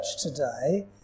today